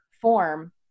form